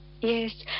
yes